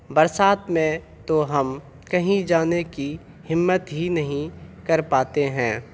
برسات میں تو ہم کہیں جانے کی ہمت ہی نہیں کر پاتے ہیں